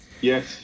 Yes